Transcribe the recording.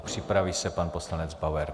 Připraví se pan poslanec Bauer.